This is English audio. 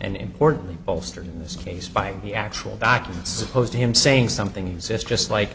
and importantly bolstered in this case by the actual documents opposed to him saying something exists just like